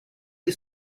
est